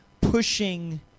pushing